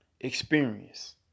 experience